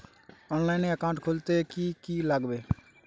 অনলাইনে একাউন্ট খুলতে কি কি লাগবে?